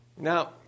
Now